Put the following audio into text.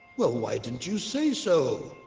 well why didn't you say so?